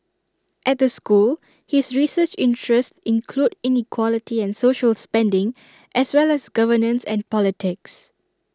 at the school his research interests include inequality and social spending as well as governance and politics